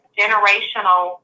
generational